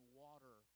water